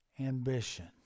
ambition